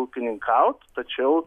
ūkininkaut tačiau